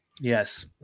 yes